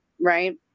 right